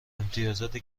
امتیازات